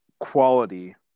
quality